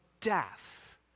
death